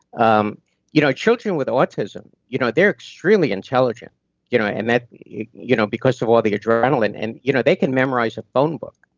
um you know children with autism you know they're extremely intelligent you know and you know because of all the adrenaline, and you know they can memorize a phone book,